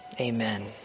Amen